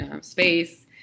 space